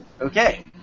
Okay